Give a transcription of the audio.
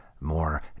more